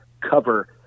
cover